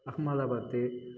Ahmedabad